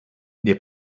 they